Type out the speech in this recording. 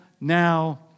now